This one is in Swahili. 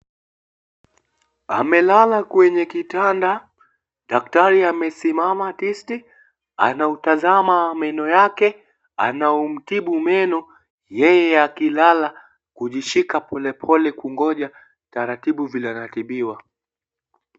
Amelala kwenye kitanda daktari amesimama tisti. Anautazama meno yake anamtibu meno yeye analala kujishika polepole kungoja taratibu vile atatibiwa.